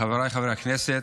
חבריי חברי הכנסת,